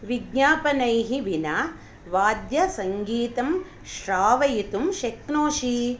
विज्ञापनैः विना वाद्यसङ्गीतं श्रावयितुं शक्नोषि